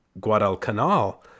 Guadalcanal